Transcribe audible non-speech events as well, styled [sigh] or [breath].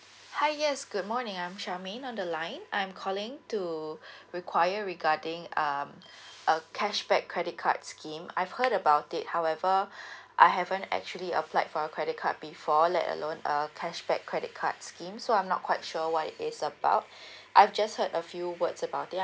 hi yes good morning I'm charmaine on the line I'm calling to [breath] enquire regarding um a cashback credit cards scheme I've heard about it however [breath] I haven't actually applied for a credit card before let alone a cashback credit card scheme so I'm not quite sure what it is about [breath] I've just heard a few words about it